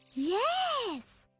yes!